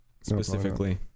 specifically